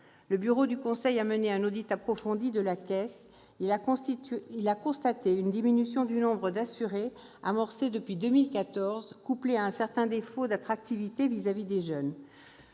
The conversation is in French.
Le bureau du conseil a mené un audit approfondi de la Caisse et a constaté une diminution du nombre d'assurés, amorcée depuis 2014, couplée à un certain défaut d'attractivité vis-à-vis des jeunes.